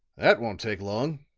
that won't take long,